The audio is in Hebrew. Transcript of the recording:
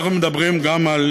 אנחנו מדברים גם על